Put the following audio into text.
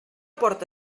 porta